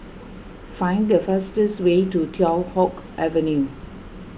find the fastest way to Teow Hock Avenue